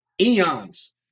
eons